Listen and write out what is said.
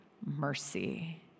mercy